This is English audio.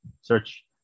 search